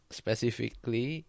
specifically